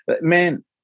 man